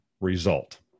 result